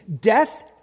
death